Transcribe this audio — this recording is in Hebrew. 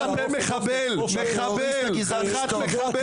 תסתום את הפה, חתיכת מחבל.